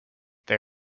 they